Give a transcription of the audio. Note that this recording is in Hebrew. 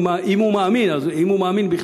אם הוא מאמין בכלל,